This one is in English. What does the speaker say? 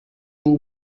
will